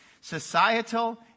societal